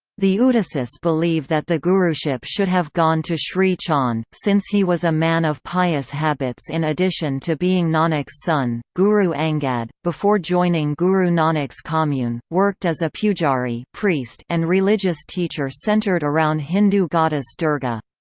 the udasis believe that the guruship should have gone to sri chand, since he was a man of pious habits in addition to being nanak's son guru angad, before joining guru nanak's commune, worked as a pujari so and religious teacher centered around hindu goddess durga.